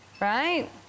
right